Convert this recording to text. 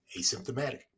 Asymptomatic